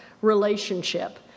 relationship